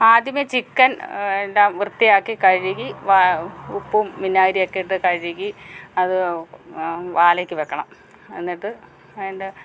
ആദ്യമേ ചിക്കന് എല്ലാം വൃത്തിയാക്കി കഴുകി വാ ഉപ്പും വിന്നാഗിരിയെക്കെ ഇട്ട് കഴുകി അത് വാലെയ്ക്ക് വെക്കണം എന്നിട്ട് അതിന്റെ